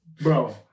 Bro